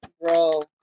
bro